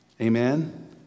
Amen